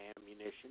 ammunition